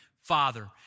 father